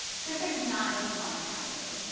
clearfix is not like a fun algorithm.